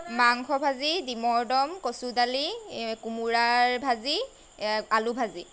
মাংস ভাজি ডিমৰ দম কচু দালি কোমোৰাৰ ভাজি আলু ভাজি